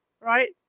Right